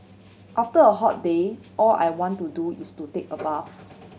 after a hot day all I want to do is to take a bath